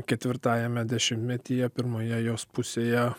ketvirtajame dešimtmetyje pirmoje jos pusėje